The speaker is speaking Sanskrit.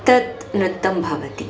तत् नृत्तं भवति